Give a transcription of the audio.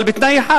אבל בתנאי אחד.